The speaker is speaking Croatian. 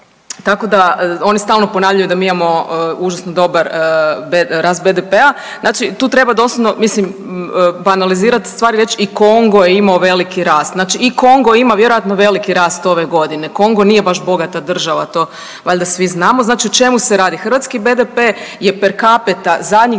tako da oni stalno ponavljaju da mi imamo užasno dobar rast BDP-a, znači tu treba doslovno mislim banalizirati stvari i reć i Kongo je imao veliki rast, znači i Kongo ima vjerojatno veliki rast ove godine, Kongo nije baš bogata država, to valja svi znamo. Znači o čemu se radi? Hrvatski BDP je per kapita zadnjih